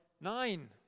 nine